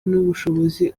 n’ubushobozi